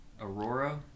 Aurora